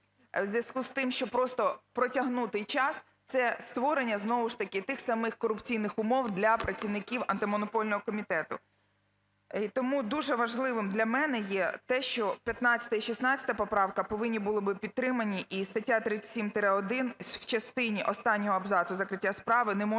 у зв'язку з тим, що просто протягнути час, це створення знову ж таки тих самих корупційних умов для працівників Антимонопольного комітету. Тому дуже важливим для мене є те, що 15 і 16 поправки повинні були би підтримані, і стаття 37-1 в частині останнього абзацу "закриття справи" не може бути